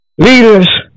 Leaders